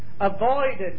avoided